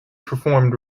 performed